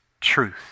truth